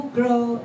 grow